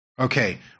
Okay